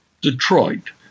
Detroit